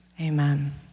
Amen